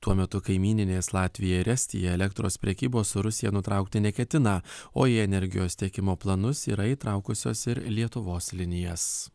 tuo metu kaimyninės latvija ir estija elektros prekybos su rusija nutraukti neketina o į energijos tiekimo planus yra įtraukusios ir lietuvos linijas